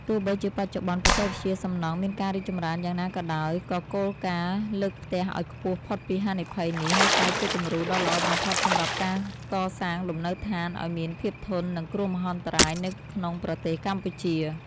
ទោះបីជាបច្ចុប្បន្នបច្ចេកវិទ្យាសំណង់មានការរីកចម្រើនយ៉ាងណាក៏ដោយ ក៏គោលការណ៍លើកផ្ទះឱ្យខ្ពស់ផុតពីហានិភ័យនេះ នៅតែជាគំរូដ៏ល្អបំផុតសម្រាប់ការកសាងលំនៅដ្ឋានឱ្យមានភាពធន់នឹងគ្រោះមហន្តរាយនៅក្នុងប្រទេសកម្ពុជា។